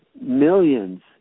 millions